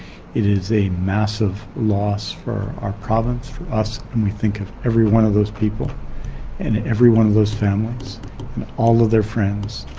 it is a massive loss for our province, for us, and we think of every one of those people and every one of those families and all their friends,